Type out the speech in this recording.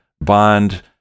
bond